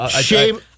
Shame